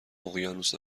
اقیانوس